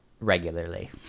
regularly